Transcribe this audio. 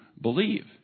believe